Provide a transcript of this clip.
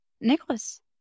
Nicholas